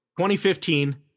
2015